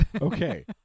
Okay